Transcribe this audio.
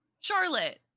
Charlotte